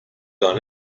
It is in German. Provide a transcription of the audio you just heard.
gar